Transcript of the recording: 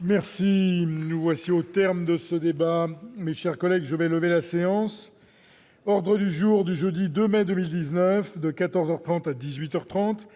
Merci. Nous voici au terme de ce débat, mes chers collègues, je vais lever la séance, ordre du jour du jeudi 2 mai 2019 de 14 heures 30 à 18 heures 30,